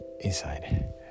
inside